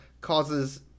causes